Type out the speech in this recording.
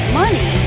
money